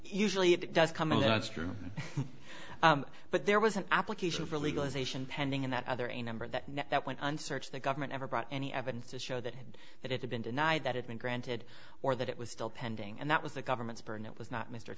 usually it does come in that's true but there was an application for legalization pending in that other a number that that went on search the government ever brought any evidence to show that that it had been denied that had been granted or that it was still pending and that was the government's burnett was not mr